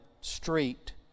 street